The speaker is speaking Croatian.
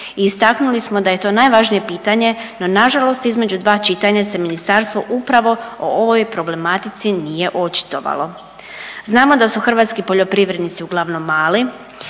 Istaknuli smo da je to najvažnije pitanje, no na žalost između dva čitanja se ministarstvo upravo o ovoj problematici nije očitovalo. Znamo da su hrvatski poljoprivrednici uglavnom mali